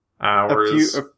hours